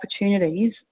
opportunities